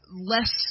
less